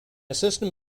system